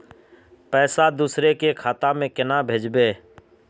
पैसा दूसरे के खाता में केना भेजबे?